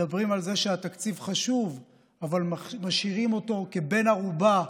מדברים על זה שהתקציב חשוב אבל משאירים אותו כבן ערובה,